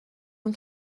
اون